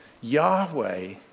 Yahweh